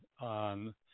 on